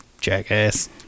Jackass